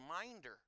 reminder